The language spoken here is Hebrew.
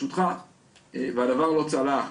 אדם, והדבר לא צלח.